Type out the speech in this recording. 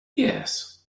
yes